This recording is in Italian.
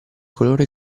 coloro